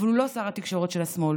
אבל הוא לא שר התקשורת של השמאל.